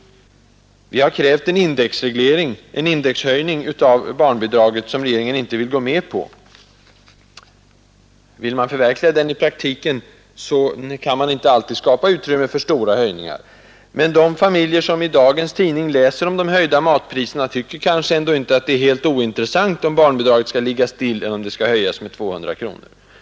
Vi har krävt en indexhöjning av barnbidraget som regeringen inte vill gå med på. Vill man förverkliga den i praktiken, kan man inte alltid skapa utrymme för stora höjningar. Men de familjer som i dagens tidning läser om de höjda matpriserna tycker kanske ändå inte att det är helt ointressant om barnbidraget skall ligga still eller höjas med 200 kronor.